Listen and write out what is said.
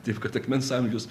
taip kad akmens amžius